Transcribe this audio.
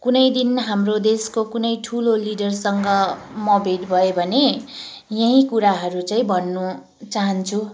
कुनैदिन हाम्रो देशको कुनै ठुलो लिडरसँग म भेट भएँ भने यही कुराहरू चाहिँ भन्नु चहान्छु